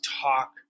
talk